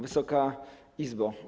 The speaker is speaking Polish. Wysoka Izbo!